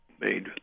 made